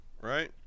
right